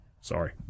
Sorry